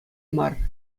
мар